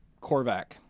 Korvac